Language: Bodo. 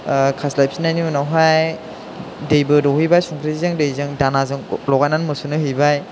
खास्लायफिननायनि उनावहाय दैबो दौहैबाय संख्रिजों दैजों दानाजों लगायनानै मोसौनो हैबाय